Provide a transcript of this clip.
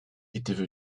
étaient